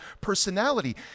personality